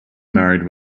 married